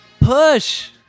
push